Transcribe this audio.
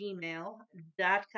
gmail.com